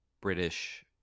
British